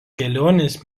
kelionės